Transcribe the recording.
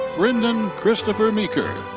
brendan christopher meeker.